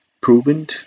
proven